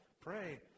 pray